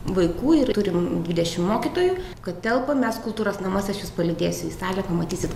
vaikų ir turim dvidešimt mokytojų kad telpam mes kultūros namuose aš jus palydėsiu į salę pamatysit